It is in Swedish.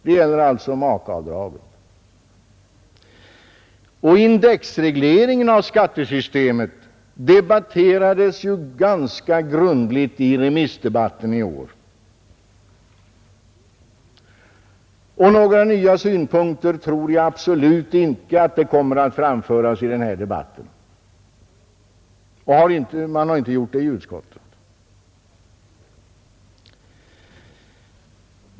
Det gäller alltså makeavdraget. Indexregleringen av skattesystemet debatterades ju ganska grundligt i remissdebatten i år. Några nya synpunkter tror jag absolut inte att det kommer att framföras i denna debatt, och så har inte skett i utskottet.